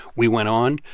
we went on,